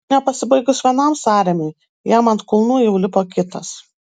nepasibaigus vienam sąrėmiui jam ant kulnų jau lipo kitas